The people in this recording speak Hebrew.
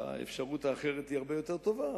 שהאפשרות האחרת היא הרבה יותר טובה,